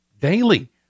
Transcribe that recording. daily